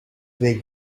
they